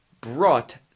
brought